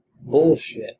bullshit